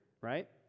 right